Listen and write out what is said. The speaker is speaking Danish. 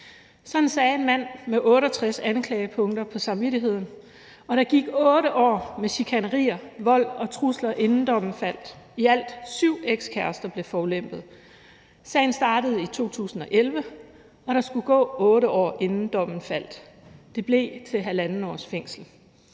Sådan sagde en mand med 68 anklagepunkter på samvittigheden, og der gik 8 år med chikanerier, vold og trusler, inden dommen faldt. I alt syv ekskærester blev forulempet. Sagen startede i 2011, og der skulle gå 8 år, inden dommen faldt. Det blev til halvandet års fængsel.